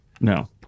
No